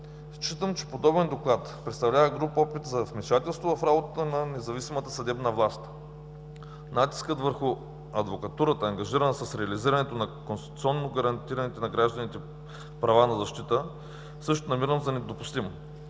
Считам, че подобен доклад представлява груб опит за вмешателство в работата на независимата съдебна власт. Натискът върху адвокатурата, ангажирана с реализирането на конституционно гарантираните на гражданите права на защита, също намирам за недопустим.